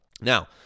Now